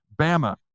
Bama